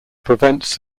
prevents